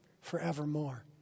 forevermore